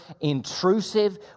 intrusive